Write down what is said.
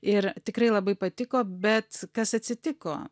ir tikrai labai patiko bet kas atsitiko